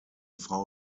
frau